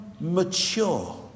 mature